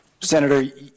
Senator